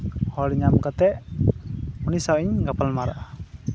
ᱦᱚᱲ ᱧᱟᱢ ᱠᱟᱛᱮᱫ ᱩᱱᱤ ᱥᱟᱶ ᱤᱧ ᱜᱟᱯᱟᱞ ᱢᱟᱨᱟᱜᱼᱟ